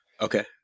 Okay